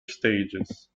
stages